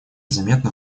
заметно